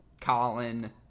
Colin